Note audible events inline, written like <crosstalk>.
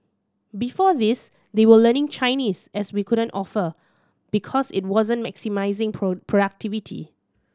before this they were learning Chinese as we couldn't offer because it wasn't maximising <unintelligible> productivity